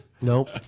Nope